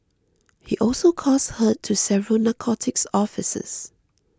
he also caused hurt to several narcotics officers